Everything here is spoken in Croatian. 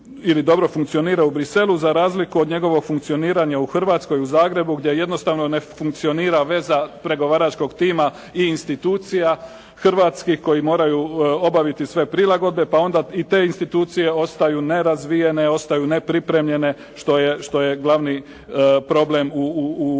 ili dobro funkcionira u Bruxellesu za razliku od njegovog funkcioniranja u Hrvatskoj, u Zagrebu gdje jednostavno ne funkcionira veza pregovaračkog tima i instutucija hrvatskih koje moraju obaviti sve prilagodbe. Pa onda i te institucije ostaju nerazvijene, ostaju nepripremljene što je glavni problem u onome